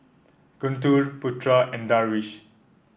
Guntur Putra and Darwish